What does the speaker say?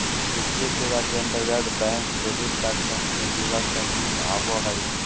वित्तीय सेवा के अंतर्गत बैंक, क्रेडिट कार्ड कम्पनी, बीमा कम्पनी आवो हय